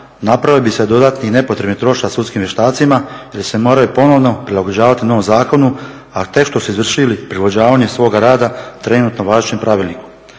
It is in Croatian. napravio bi se dodatni i nepotrebni trošak sudskim vještacima, jer se moraju ponovno prilagođavati novom zakonu, a tek što su izvršili prilagođavanje svoga rada trenutno važećem Pravilniku.